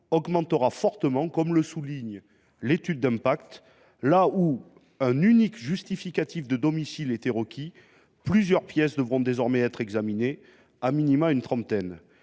augmentera fortement, comme le souligne l’étude d’impact : là où un unique justificatif de domicile était requis, plusieurs pièces devront désormais être examinées, au minimum une trentaine.